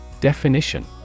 Definition